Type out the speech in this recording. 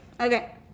okay